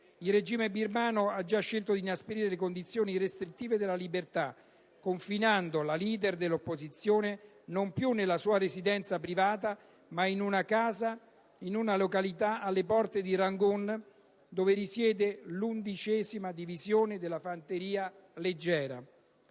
Il regime birmano ha già scelto di inasprire le condizioni restrittive della libertà, confinando la leader dell'opposizione non più nella sua residenza privata, ma in una casa in una località alle porte di Rangoon, dove risiede l'11ª Divisione della fanteria leggera».